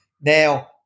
Now